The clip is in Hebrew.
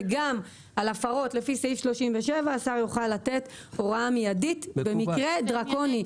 וגם על הפרות לפי סעיף 37 השר יוכל לתת הוראה מידית במקרה דרקוני.